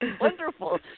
wonderful